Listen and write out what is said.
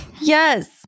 Yes